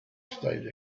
state